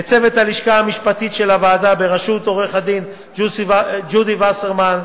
לצוות הלשכה המשפטית של הוועדה בראשות עורכת-הדין ג'ודי וסרמן,